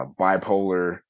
bipolar